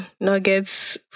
Nuggets